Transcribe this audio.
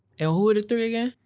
and who are the three again?